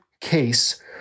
case